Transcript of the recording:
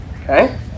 Okay